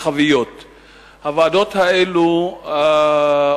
וחובת הביקורת עליו (תיקוני חקיקה),